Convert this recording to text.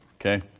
Okay